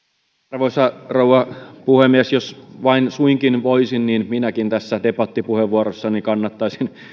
arvoisa rouva puhemies jos vain suinkin voisin niin minäkin tässä debattipuheenvuorossani kannattaisin